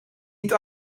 niet